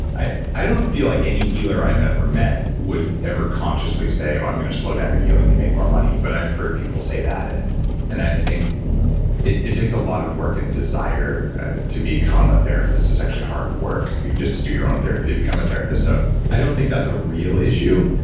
i i don't feel like any healer i've ever met would ever consciously say, oh, i'm going to slow down your healing to make more money. but i've heard people say that, and and i think it it takes a lot of work and desire to become a therapist. it's actually hard work, even just to do your own therapy to become a therapist. so i don't think that's a real issue.